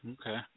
Okay